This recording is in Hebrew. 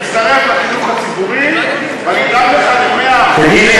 תצטרף לחינוך הציבורי ואני אדאג לך ל-100% תגיד לי,